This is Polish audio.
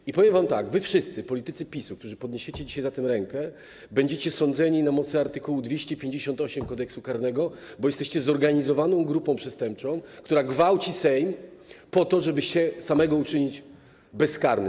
I powiem wam tak: wy, wszyscy politycy PiS-u, którzy podniesiecie dzisiaj za tym rękę, będziecie sądzeni na mocy art. 258 Kodeksu karnego, bo jesteście zorganizowaną grupą przestępczą, która gwałci Sejm po to, żeby samą siebie uczynić bezkarną.